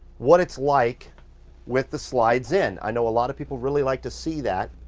what it's like with the slides in. i know a lot of people really like to see that.